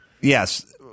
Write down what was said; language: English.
yes